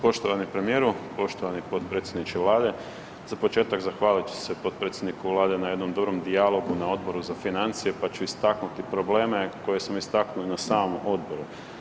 Poštovani premijeru, poštovani potpredsjedniče Vlade, za početak zahvalit ću se potpredsjedniku Vlade na jednom dobrom dijalogu na Odboru za financije pa ću istaknuti probleme koje smo istaknuli na samom odboru.